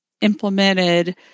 implemented